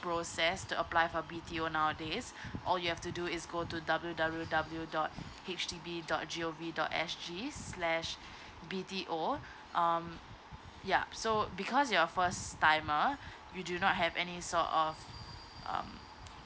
process to apply for B_T_O nowadays all you have to do is go to W W W dot H D B dot G O V dot S G slash B_T_O um yup so because you're first timer we do not have any sort of um